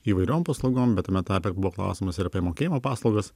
įvairiom paslaugom bet tame tarpe buvo klausimas ir apie mokėjimo paslaugas